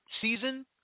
season